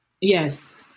Yes